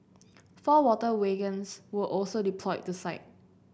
four water wagons were also deployed to site